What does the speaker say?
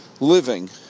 living